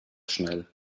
schnell